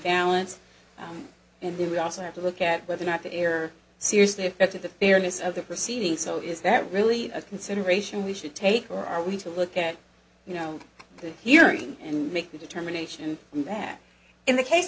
balance in the we also have to look at whether or not the error seriously affected the fairness of the proceeding so is that really a consideration we should take or are we to look at you know the hearing and make the determination that in the case